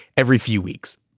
every few weeks.